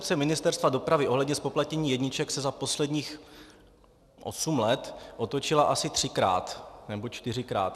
Koncepce Ministerstva dopravy ohledně zpoplatnění jedniček se za posledních osm let otočila asi třikrát nebo čtyřikrát.